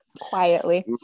Quietly